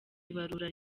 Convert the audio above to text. ibarura